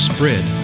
Spread